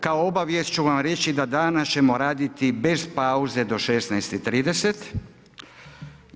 Kao obavijest ću vam reći da danas ćemo raditi bez pauze do 16,30.